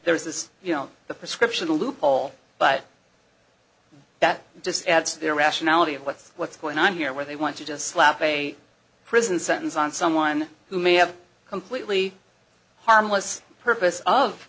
there is this you know the prescription the loophole but that just adds to the irrationality of what's what's going on here where they want to just slap a prison sentence on someone who may have a completely harmless purpose of